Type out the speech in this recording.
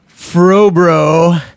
Fro-bro